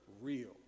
real